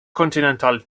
kontinental